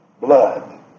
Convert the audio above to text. blood